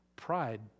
Pride